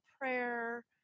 prayer